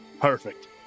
Perfect